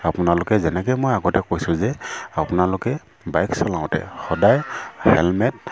আপোনালোকে যেনেকৈ মই আগতে কৈছোঁ যে আপোনালোকে বাইক চলাওঁতে সদায় হেলমেট